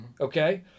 okay